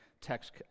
text